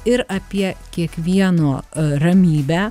ir apie kiekvieno ramybę